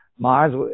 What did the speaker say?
Mars